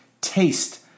taste